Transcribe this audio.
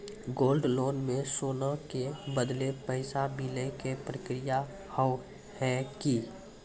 Gold loan मे सोना के बदले पैसा मिले के प्रक्रिया हाव है की?